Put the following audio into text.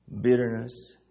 bitterness